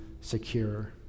secure